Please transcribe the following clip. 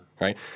right